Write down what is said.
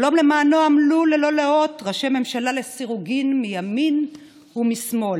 שלום שלמענו עמלו ללא לאות ראשי ממשלה לסירוגין מימין ומשמאל,